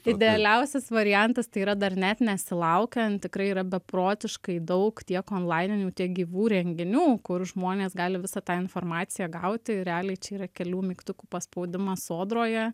idealiausias variantas tai yra dar net nesilaukiant tikrai yra beprotiškai daug tiek onlaininių tiek gyvų renginių kur žmonės gali visą tą informaciją gauti realiai čia yra kelių mygtukų paspaudimas sodroje